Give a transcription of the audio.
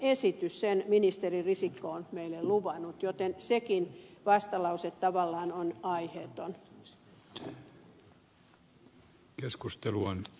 sen ministeri risikko on meille luvannut joten sekin vastalause tavallaan on aiheeton